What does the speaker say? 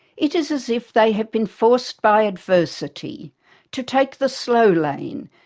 it is as if they have been forced by adversity to take the slow lane,